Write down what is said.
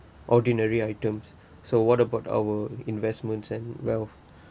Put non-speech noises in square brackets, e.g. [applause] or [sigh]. ordinary items so what about our investments and wealth [breath]